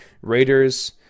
Raiders